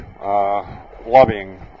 lobbying